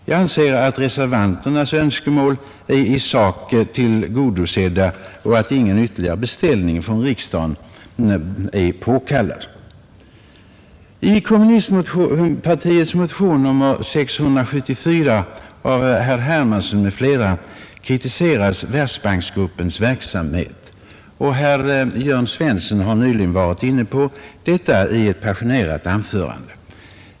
Jag anser därför att reservanternas önskemål redan är i sak tillgodosedda och att ingen ytterligare beställning av riksdagen är påkallad. I den kommunistiska partimotionen 674 av herr Hermansson m.fl. kritiseras Världsbanksgruppens verksamhet, och herr Jörn Svensson i Malmö har nyligen varit inne på detta i ett passionerat anförande.